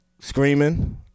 Screaming